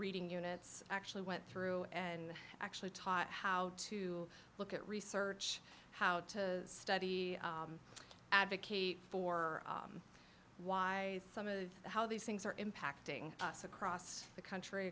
reading units actually went through and actually taught how to look at research how to study advocate for why some of how these things are impacting us across the country